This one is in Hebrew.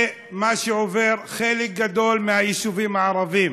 זה מה שעובר חלק גדול מהיישובים הערביים.